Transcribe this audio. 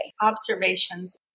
Observations